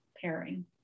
pairing